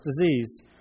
disease